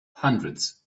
hundreds